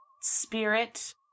Spirit